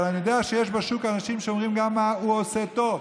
אבל אני יודע שיש בשוק אנשים שאומרים גם מה הוא עושה טוב.